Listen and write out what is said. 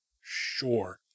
sure